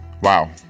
Wow